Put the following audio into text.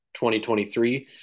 2023